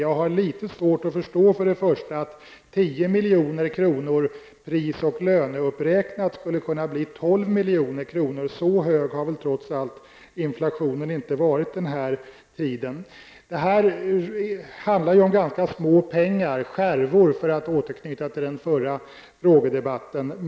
Jag har för det första litet svårt att förstå att 10 milj.kr. pris och löneuppräknat skulle kunna bli 12 milj.kr.; så hög har väl ändå inte inflationen varit under den här tiden. Det handlar om ganska små summor; skärvor för att återknyta till den förra frågedebatten.